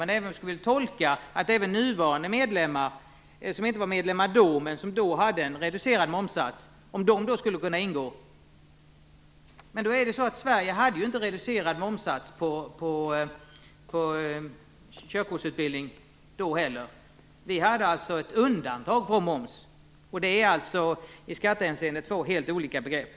Men även om man skulle tolka det som att även nuvarande medlemmar som inte var medlemmar vid den tidpunkten, men som då hade en reducerad momssats, skulle kunna omfattas av detta, hade Sverige inte heller då reducerad momssats för körkortsutbildning. Vi hade ett undantag från moms. Det är i skattehänseende två helt olika begrepp.